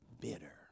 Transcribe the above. bitter